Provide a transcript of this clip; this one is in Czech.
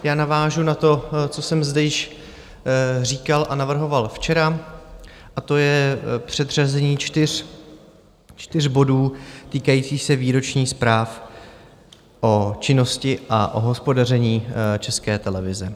Já navážu na to, co jsem zde již říkal a navrhoval včera, a to je předřazení čtyř bodů, týkajících se výročních zpráv o činnosti a hospodaření České televize.